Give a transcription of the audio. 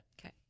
Okay